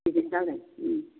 बिदिनो जागोन